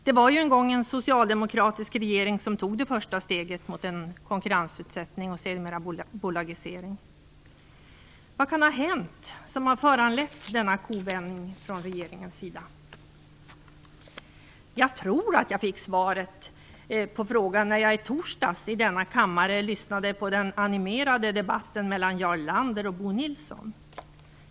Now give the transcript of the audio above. Det var ju en gång en socialdemokratisk regering som tog det första steget mot en konkurrensutsättning och sedermera en bolagisering. Vad kan ha hänt som har föranlett denna kovändning från regeringens sida? Jag tror att jag fick svaret på frågan när jag i torsdags i denna kammare lyssnade på den animerade debatten mellan Jarl Lander och Bo Nilsson.